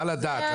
מה לדעת?